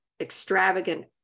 extravagant